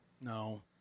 No